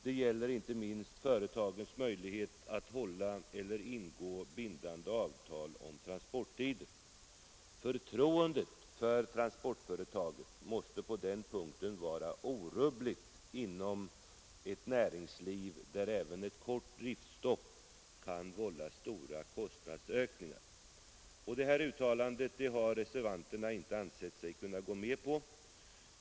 Det gäller inte minst företagets möjligheter att hålla eller ingå bindande avtal om transporttider. Förtroendet för transportföretaget måste på den punkten vara orubbligt inom ett näringsliv där även ett kort driftstopp kan vålla stora kostnadsökningar.” Detta uttalande har reservanterna inte ansett sig kunna gå med på.